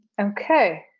Okay